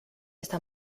esta